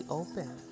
open